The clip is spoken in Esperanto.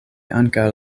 ankaŭ